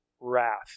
wrath